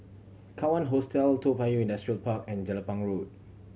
Kawan Hostel Toa Payoh Industrial Park and Jelapang Road